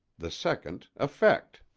the second, effect.